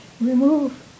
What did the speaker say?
remove